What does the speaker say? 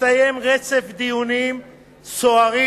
הסתיים רצף דיונים סוערים,